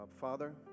Father